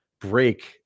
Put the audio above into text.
break